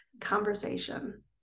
conversation